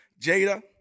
Jada